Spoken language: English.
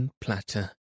platter